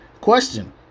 Question